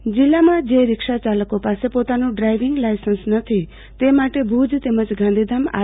ઓ કચેરી કેમ્પ જિલ્લામાં જે રિક્ષા ચાલકો પાસે પોતાનું ડ્રાઈવિંગ લાયસન્સ નથી તે માટે ભુજ તેમજ ગાંધીધામ આર